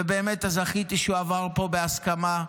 ובאמת זכיתי שהוא עבר פה, בהסכמה,